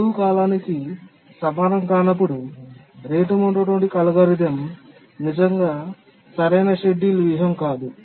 గడువు కాలానికి సమానం కానప్పుడు రేటు మోనోటోనిక్ అల్గోరిథం నిజంగా సరైన షెడ్యూల్ వ్యూహం కాదు